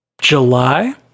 July